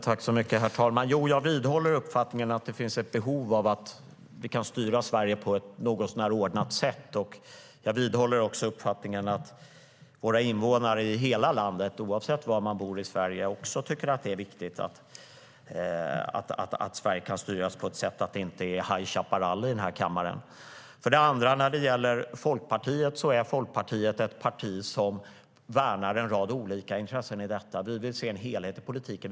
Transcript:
Herr talman! Jag vidhåller uppfattningen att det finns ett behov av att vi kan styra Sverige på ett något så när ordnat sätt. Jag vidhåller också uppfattningen att våra invånare, oavsett var i Sverige de bor, tycker att det är viktigt att Sverige kan styras på ett sådant sätt att det inte är High Chaparral i den här kammaren. Folkpartiet är ett parti som värnar en rad olika intressen i detta. Vi vill se en helhet i politiken.